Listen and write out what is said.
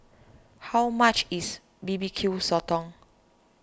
how much is B B Q Sotong